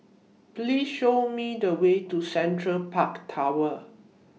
Please Show Me The Way to Central Park Tower